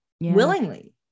willingly